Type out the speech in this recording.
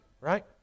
right